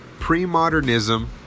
pre-modernism